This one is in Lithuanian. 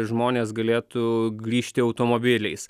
žmonės galėtų grįžti automobiliais